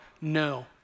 no